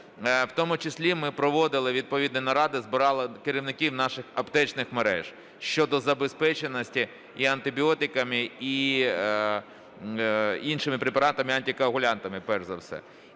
В тому числі ми проводили відповідні наради, збирали керівників наших аптечних мереж щодо забезпеченості і антибіотиками, і іншими препаратами, антикоагулянтами перш за все.